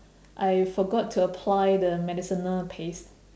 I forgot to apply the medicinal paste